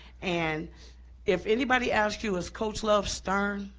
and if anybody asked you, is coach love stern,